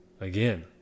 again